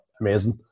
amazing